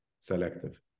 selective